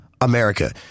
America